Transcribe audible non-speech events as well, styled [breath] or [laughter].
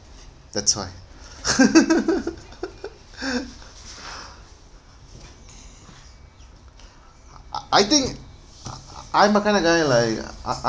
that's why [laughs] [breath] uh I think uh uh I am the kind of guy like uh uh